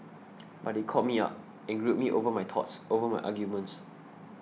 but he called me up and grilled me over my thoughts over my arguments